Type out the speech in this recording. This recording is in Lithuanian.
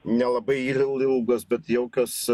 nelabai ir ilgos bet jaukios